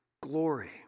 glory